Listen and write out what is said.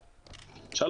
תמיר.